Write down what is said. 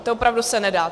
To opravdu se nedá...